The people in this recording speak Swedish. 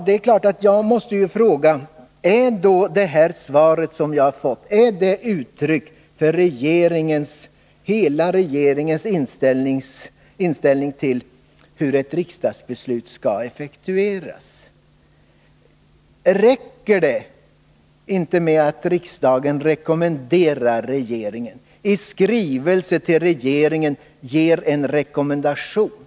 Det är klart att jag måste fråga: Är det här svaret jag har fått ett uttryck för hela regeringens inställning till hur ett riksdagsbeslut skall effektueras? Räcker det inte med att riksdagen ”rekommenderar regeringen” något, dvs. i skrivelse till regeringen ger en rekommendation?